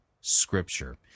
scripture